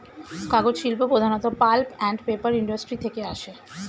কাগজ শিল্প প্রধানত পাল্প অ্যান্ড পেপার ইন্ডাস্ট্রি থেকে আসে